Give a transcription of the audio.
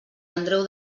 andreu